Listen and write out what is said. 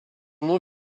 nom